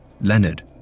Leonard